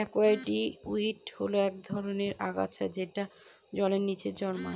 একুয়াটিকে উইড হল এক ধরনের আগাছা যেটা জলের নীচে জন্মায়